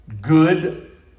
good